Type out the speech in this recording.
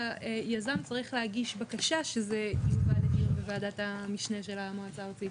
היזם צריך להגיש בקשה שזה יובא לדיון בוועדת המשנה של המועצה הארצית.